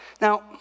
Now